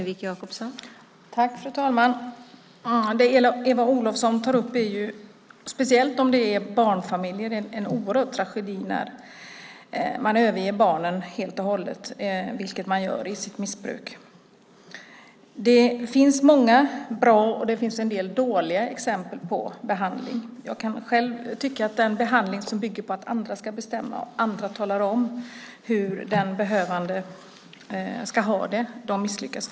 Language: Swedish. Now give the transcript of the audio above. Fru talman! Det Eva Olofsson tar upp är en oerhörd tragedi, speciellt när det gäller barnfamiljer där man överger barnen helt och hållet på grund av missbruk. Det finns många bra och en del dåliga exempel på behandling. Jag kan själv tycka att behandling som bygger på att andra ska bestämma och tala om hur den behövande ska ha det för det mesta misslyckas.